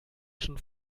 schon